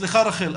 סליחה, רחל.